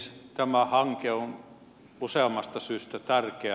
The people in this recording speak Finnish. tämä hanke on useammasta syystä tärkeä